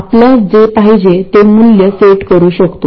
आपल्यास जे पाहिजे ते मूल्य सेट करू शकतो